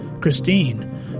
Christine